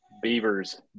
Beavers